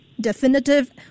definitive